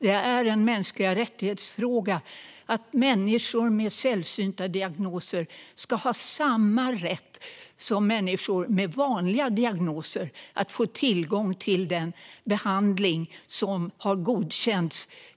Det är en fråga om mänskliga rättigheter att människor med sällsynta diagnoser ska ha samma rätt som människor med vanliga diagnoser att få tillgång till den behandling som har godkänts.